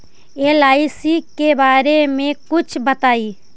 LIC के बारे मे कुछ बताई?